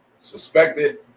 suspected